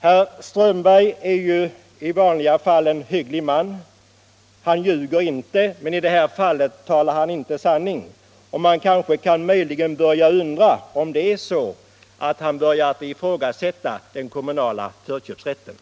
Herr Strömberg i Botkyrka är ju i vanliga fall en hygglig man. Han ljuger inte, men i det här fallet talar han inte sanning, och man kan möjligen undra om han börjar ifrågasätta den kommunala förköpsrätten.